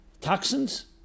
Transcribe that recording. toxins